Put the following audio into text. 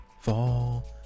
fall